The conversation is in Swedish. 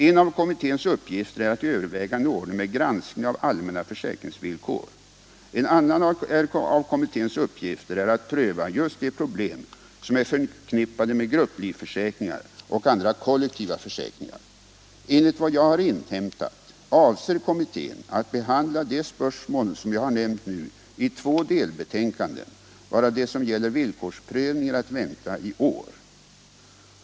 En av kommitténs uppgifter är att överväga en ordning med granskning av allmänna försäkringsvillkor. En annan av kommitténs uppgifter är att pröva just de problem som är förknippade med grupplivförsäkringar och andra kollektiva försäkringar. Enligt vad jag har inhämtat avser kommittén att behandla de spörsmål som jag har nämnt nu i två delbetänkanden, varav det som gäller villkorsprövningen är att vänta i år.